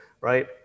right